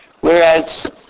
whereas